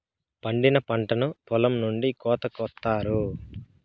పండిన పంటను పొలం నుండి కోత కొత్తారు